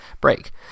break